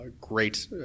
great